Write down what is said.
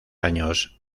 años